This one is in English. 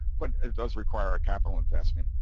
but it does require a capital investment.